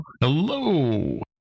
Hello